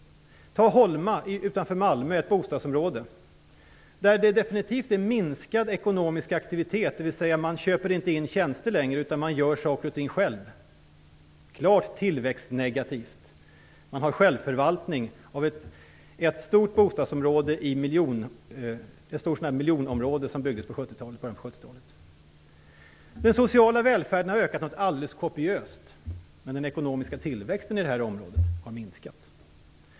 I Holma - ett bostadsområde utanför Malmö - har den ekonomiska aktiviteten definitivt minskat. Man köper inte in tjänster längre utan man gör saker och ting själv - klart tillväxtnegativt. Man har självförvaltning av ett stort bostadsområde som byggdes i samband med Miljonprogrammet i början av 70-talet. Den sociala välfärden har ökat någonting alldeles kopiöst medan den ekonomiska tillväxten i området har minskat.